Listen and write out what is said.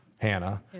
Hannah